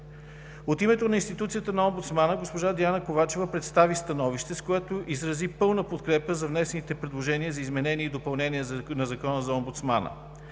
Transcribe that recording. От името на институцията на Омбудсмана госпожа Диана Ковачева представи становище, с което изрази пълна подкрепа за внесените предложения за изменение и допълнение на Закона за омбудсмана.